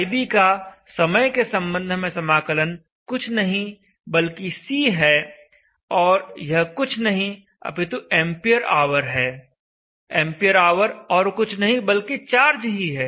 ib का समय के संबंध में समाकलन कुछ नहीं बल्कि C है और यह कुछ नहीं अपितु एंपियर आवर है एंपियर आवर और कुछ नहीं बल्कि चार्ज ही है